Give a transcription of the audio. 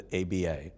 ABA